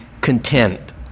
content